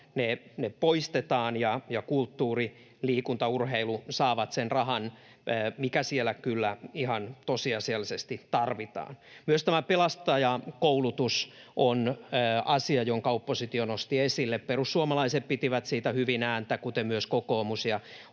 ne poistetaan, ja kulttuuri, liikunta ja urheilu saavat sen rahan, mikä siellä kyllä ihan tosiasiallisesti tarvitaan. Myös pelastajakoulutus on asia, jonka oppositio nosti esille. Perussuomalaiset pitivät siitä hyvin ääntä, kuten myös kokoomus,